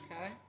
Okay